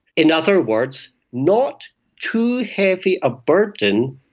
in other words, not too heavy a burden,